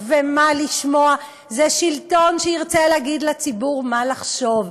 ומה לשמוע זה שלטון שירצה להגיד לציבור מה לחשוב.